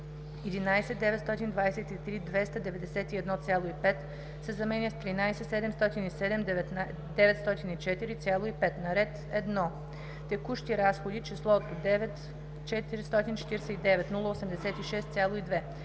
„11 923 291,5“ се заменя с „13 707 904,5“; - на ред 1. Текущи разходи числото „9 449 086,2“